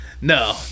No